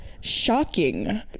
shocking